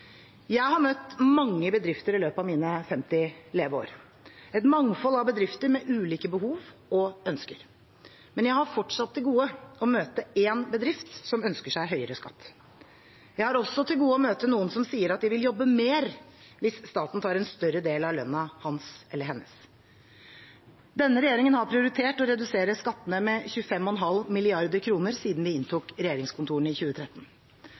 Jeg har møtt mange bedrifter i løpet av mine 50 leveår – et mangfold av bedrifter med ulike behov og ønsker. Men jeg har fortsatt til gode å møte én bedrift som ønsker seg høyere skatt. Jeg har også til gode å møte noen som sier at de vil jobbe mer hvis staten tar en større del av lønnen hans, eller hennes. Denne regjeringen har prioritert å redusere skattene med 25,5 mrd. kr siden vi inntok regjeringskontorene i 2013.